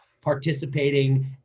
participating